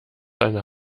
eine